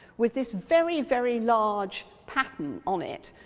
with this very, very large pattern on it.